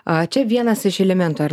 a čia vienas iš elementų ar